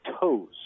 toes